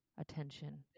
attention